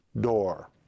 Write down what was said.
door